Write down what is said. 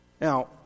Now